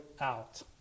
out